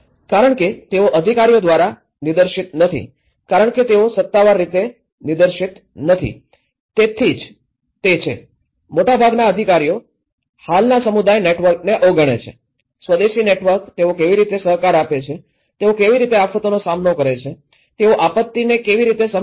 કારણ કે તેઓ અધિકારીઓ દ્વારા નિર્દેશિત નથી કારણ કે તેઓ સત્તાવાર રીતે નિર્દેશિત નથી તેથી તે જ છે મોટાભાગના અધિકારીઓ આ હાલના સમુદાય નેટવર્કને અવગણે છે સ્વદેશી નેટવર્ક તેઓ કેવી રીતે સહકાર આપે છે તેઓ કેવી રીતે આફતનો સામનો કરે છે તેઓ આપત્તિને કેવી રીતે સમજે છે